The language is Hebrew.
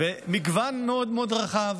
מגוון מאוד מאוד רחב,